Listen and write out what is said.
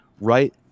right